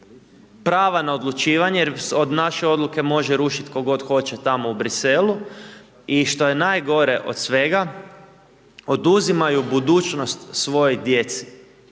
prava na odlučivanje jer naše odluke moje rušiti tko god hoće tamo u Bruxellesu i što je najgore od svega, oduzimaju budućnost svojoj djeci.